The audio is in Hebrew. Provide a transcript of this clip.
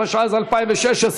התשע"ז 2016,